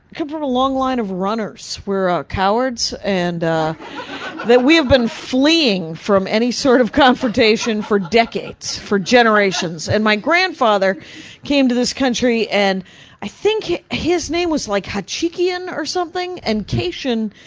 come from a long line of runners, who were ah cowards, and ah, then we have been fleeing from any sort of confrontation for decades. for generations. and my grandfather came to this country, and i think his name was like, hachikian or something, and kashian,